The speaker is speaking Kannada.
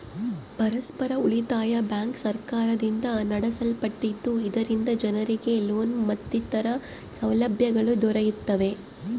ಪರಸ್ಪರ ಉಳಿತಾಯ ಬ್ಯಾಂಕ್ ಸರ್ಕಾರದಿಂದ ನಡೆಸಲ್ಪಟ್ಟಿದ್ದು, ಇದರಿಂದ ಜನರಿಗೆ ಲೋನ್ ಮತ್ತಿತರ ಸೌಲಭ್ಯಗಳು ದೊರೆಯುತ್ತವೆ